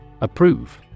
Approve